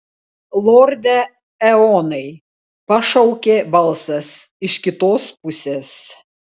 lorde eonai pašaukė balsas iš kitos pusės